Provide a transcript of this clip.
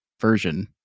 version